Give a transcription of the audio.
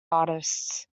artists